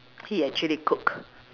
he actually cook